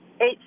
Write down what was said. eight